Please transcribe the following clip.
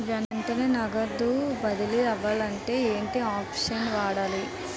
వెంటనే నగదు బదిలీ అవ్వాలంటే ఏంటి ఆప్షన్ వాడాలి?